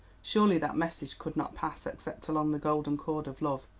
surely that message could not pass except along the golden chord of love,